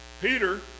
Peter